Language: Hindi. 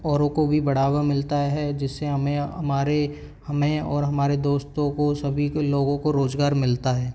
औरों को भी बढ़ावा मिलता है जिससे हमें हमारे हमें और हमारे दोस्तों को सभी को लोगों को रोज़गार मिलता है